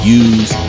use